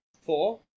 Four